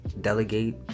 delegate